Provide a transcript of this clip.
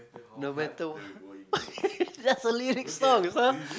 no matter that's a lyrics song